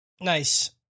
Nice